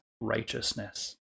righteousness